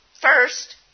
first